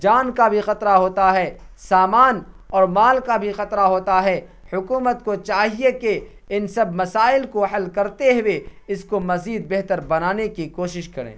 جان کا بھی خطرہ ہوتا ہے سامان اور مال کا بھی خطرہ ہوتا ہے حکومت کو چاہیے کہ ان سب مسائل کو حل کرتے ہوئے اس کو مزید بہتر بنانے کی کوشش کریں